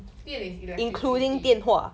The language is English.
电 is electricity